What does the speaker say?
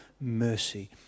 mercy